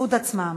בזכות עצמם,